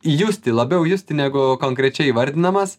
justi labiau justi negu konkrečiai įvardinamas